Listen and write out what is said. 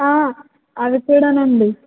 అదికూడానండి